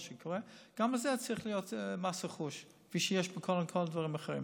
ושגם על זה צריך להיות מס רכוש כפי שיש בכל הדברים האחרים.